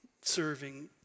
serving